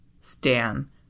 Stan